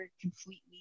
completely